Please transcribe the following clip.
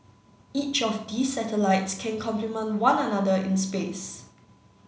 each of these satellites can complement one another in space